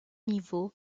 niveau